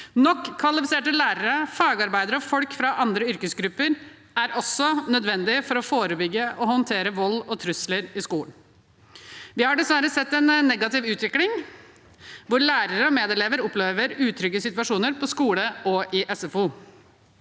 Nok kvalifiserte lærere, fagarbeidere og folk fra andre yrkesgrupper er også nødvendig for å forebygge og håndtere vold og trusler i skolen. Vi har dessverre sett en negativ utvikling hvor lærere og medelever opplever utrygge situasjoner på skole og i SFO.